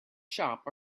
shop